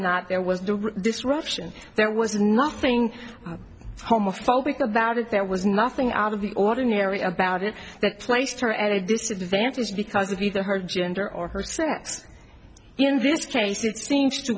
not there was the disruption there was nothing homophobic about it there was nothing out of the ordinary about it that placed her at a disadvantage because of either her gender or herself in this case it seems to